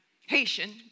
Haitian